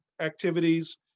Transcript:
activities